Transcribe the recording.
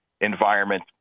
environment